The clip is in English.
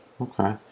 okay